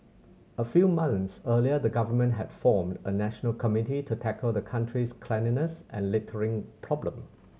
a few months earlier the Government had formed a national committee to tackle the country's cleanliness and littering problem